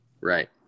Right